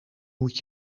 moet